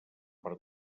per